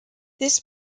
this